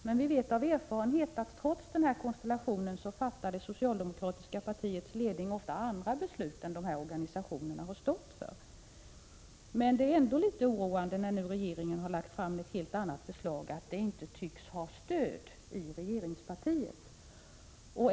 Men vi vet av erfarenhet att socialdemokraternas ledning trots denna konstellation ofta har fattat andra beslut än vad organisationerna har stått för. Det är ändå litet oroande att regeringen har lagt fram ett förslag som inte tycks ha stöd i regeringspartiet.